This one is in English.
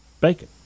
Bacon